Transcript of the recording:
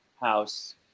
house